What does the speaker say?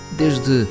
desde